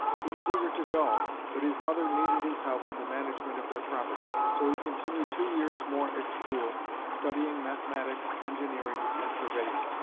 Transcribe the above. he was eager to go, but his mother needed his help in the management of their property. so he continued two years more at school, studying mathematics, engineering and surveying.